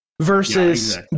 versus